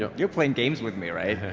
you're you're playing games with me right?